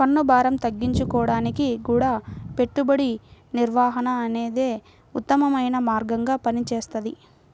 పన్నుభారం తగ్గించుకోడానికి గూడా పెట్టుబడి నిర్వహణ అనేదే ఉత్తమమైన మార్గంగా పనిచేస్తది